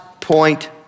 point